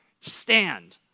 stand